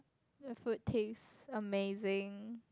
the food taste amazing